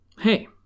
Hey